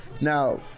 now